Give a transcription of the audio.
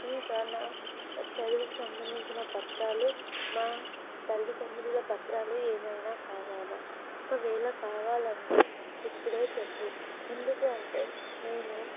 ఇంకా నా చదువుకు సంబంధించిన పత్రాలు మా తల్లిదండ్రుల పత్రాలు ఏమైనా కావాలా ఒకవేళ కావాలంటే ఇప్పుడే చెప్పు ఎందుకు అంటే నేను